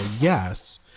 yes